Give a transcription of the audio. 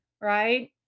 right